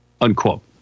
unquote